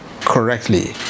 correctly